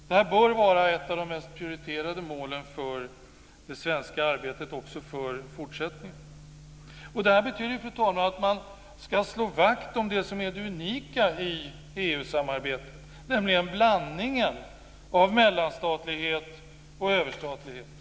Detta bör vara ett av de mest prioriterade målen för det svenska arbetet också i fortsättningen. Detta betyder, fru talman, att man ska slå vakt om det som är det unika i EU-samarbetet, nämligen blandningen av mellanstatlighet och överstatlighet.